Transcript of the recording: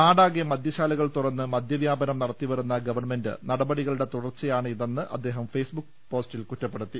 നാടാകെ മദൃശാലകൾ തുറന്ന് മദ്യവ്യാപനം നടത്തി വരുന്ന ഗവൺമെന്റ് നടപടികളുടെ തുടർച്ചയാണ് ഇതെന്ന് അദ്ദേഹം ഫെയ്സ്ബുക്ക് പോസ്റ്റിൽ കുറ്റപ്പെടുത്തി